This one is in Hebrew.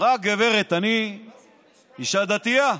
אמרה הגברת: אני אישה דתייה,